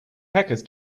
hackers